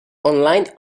online